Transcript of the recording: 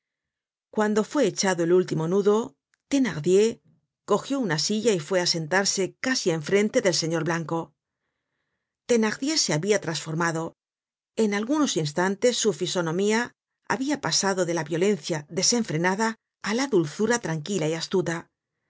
cuando fue echado el último nudo thenardier cogió una silla y fué á sentarse casi en frente del señor blanco thenardier se habia trasformado en algunos instantes su fisonomía habia pasado de la violencia desenfrenada á la dulzura tranquila y astuta